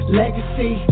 legacy